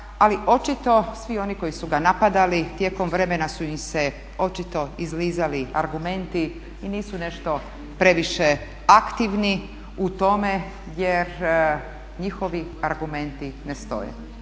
ali očito svi oni koji su ga napadali tijekom vremena su im se očito izlizali argumenti i nisu nešto previše aktivni u tome jer njihovi argumenti ne stoje.